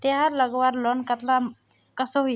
तेहार लगवार लोन कतला कसोही?